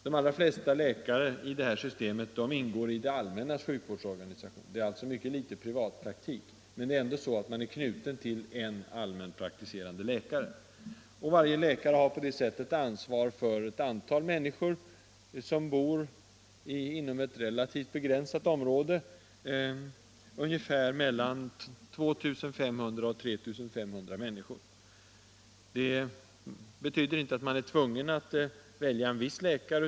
De allra flesta av dessa läkare ingår i den allmänna sjukvårdsorganisationen. Det är ett mycket litet antal privatpraktiker. Varje läkare har på det viset ansvar för ett antal människor som bor inom ett relativt begränsat område, mellan 2 500 och 3 500 personer. Det betyder inte att man är tvungen ja en viss läkare.